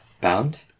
Bound